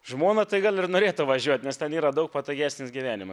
žmona tai gal ir norėtų važiuot nes ten yra daug patogesnis gyvenimas